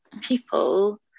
people